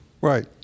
Right